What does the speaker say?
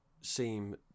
seem